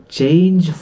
change